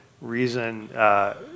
reason